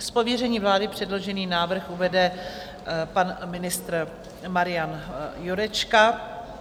Z pověření vlády předložený návrh uvede pan ministr Marian Jurečka.